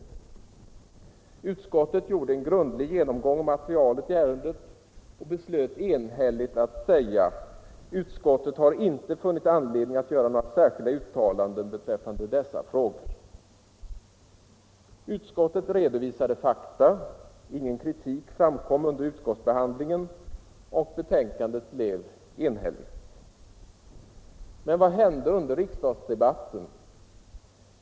Utskottet gjorde en grundlig genomgång av materialet i ärendet och beslöt enhälligt uttala, att utskottet inte funnit anledning att göra några särskilda uttalanden beträffande dessa frågor. Utskottet redovisade fakta. Ingen kritik framkom under utskottsbehandlingen, och betänkandet blev enhälligt. Men vad hände under riksdagsdebatten?